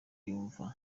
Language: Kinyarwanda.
nyumva